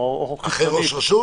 אחרי ראש רשות?